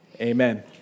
Amen